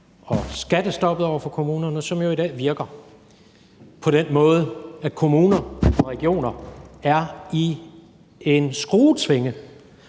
og skattestoppet over for kommunerne, som i dag virker på den måde, at kommuner og regioner er i en skruetvinge